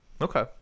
Okay